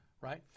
right